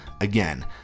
Again